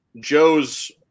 Joe's